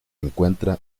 encuentra